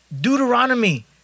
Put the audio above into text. Deuteronomy